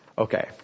Okay